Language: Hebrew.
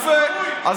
זה הזוי, אבל, יפה.